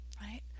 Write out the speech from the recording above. right